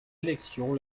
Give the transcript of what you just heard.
élections